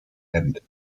ended